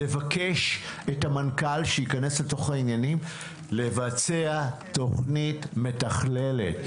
לבקש את המנכ"ל שייכנס לתוך העניינים לבצע תוכנית מתכללת.